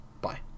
bye